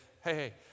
hey